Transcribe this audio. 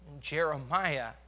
Jeremiah